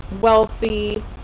wealthy